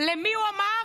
למי הוא אמר?